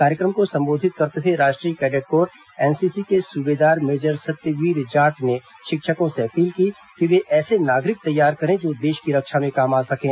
कार्यक्रम को संबोधित करते हए राष्ट्रीय कैंडेट कोर एनसीसी के सूबेदार मेजर सत्यवीर जाट ने शिक्षकों से अपील की कि वे ऐसे नागरिक तैयार करें जो देश की रक्षा में काम आ सकें